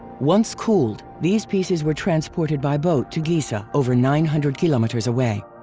once cooled, these pieces were transported by boat to giza over nine hundred kilometers away.